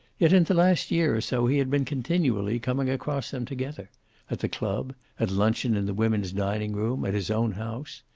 yet, in the last year or so, he had been continually coming across them together at the club at luncheon in the women's dining room, at his own house,